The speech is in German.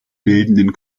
bildenden